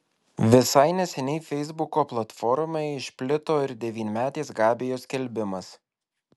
visai neseniai feisbuko platformoje išplito ir devynmetės gabijos skelbimas